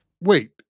wait